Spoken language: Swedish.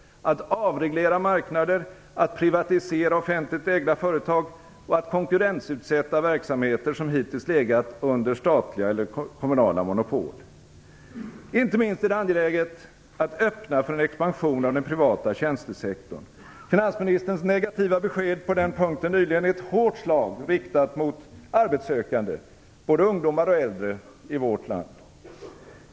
Inte minst är det angeläget att öppna för en expansion av den privata tjänstesektorn. Finansministerns negativa besked på den punkten nyligen är ett hårt slag riktat mot arbetssökande både ungdomar och äldre i vårt land.